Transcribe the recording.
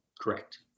Correct